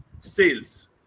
sales